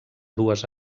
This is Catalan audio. dues